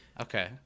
Okay